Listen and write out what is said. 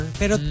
pero